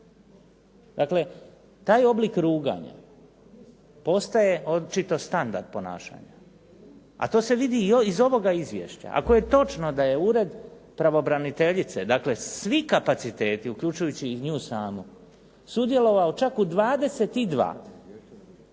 Dakle, taj oblik ruganja postaje očito standard ponašanja a to se vidi iz ovoga izvješća. Ako je točno da je ured pravobraniteljice, dakle svi kapaciteti uključujući i nju samu sudjelovao u čak 22